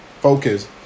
focus